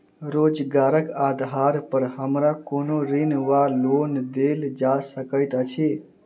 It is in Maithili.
रोजगारक आधार पर हमरा कोनो ऋण वा लोन देल जा सकैत अछि?